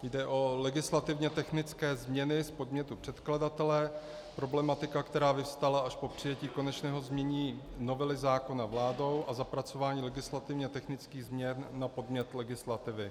Jde o legislativně technické změny z podnětu předkladatele, problematika, která vyvstala až po přijetí konečného znění novely zákona vládou a zapracování legislativně technických změn na podnět legislativy.